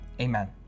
Amen